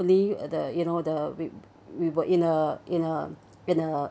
company the you know the we we were in a in a in a